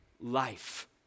life